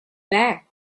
back